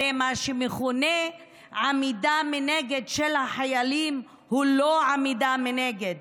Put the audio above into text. הרי מה שמכונה עמידה מנגד של החיילים הוא לא עמידה מנגד,